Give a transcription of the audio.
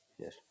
Yes